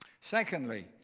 Secondly